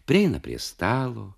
prieina prie stalo